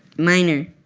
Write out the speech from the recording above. minor.